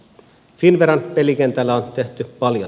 finnveran pelikentällä on tehty paljon